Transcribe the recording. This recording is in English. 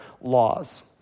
laws